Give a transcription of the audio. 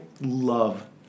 love